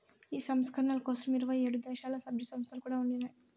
ఈ సంస్కరణల కోసరం ఇరవై ఏడు దేశాల్ల, సభ్య సంస్థలు కూడా ఉండినాయి